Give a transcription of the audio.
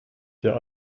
der